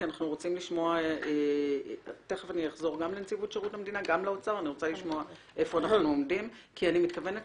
תכף אשמע שוב את נציגי המשרדים השונים כי אני מתכוונת